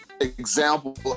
example